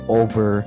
over